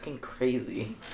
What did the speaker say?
Crazy